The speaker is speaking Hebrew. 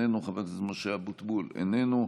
איננו,